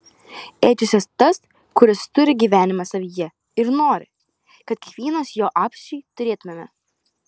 ėdžiose tas kuris turi gyvenimą savyje ir nori kad kiekvienas jo apsčiai turėtumėme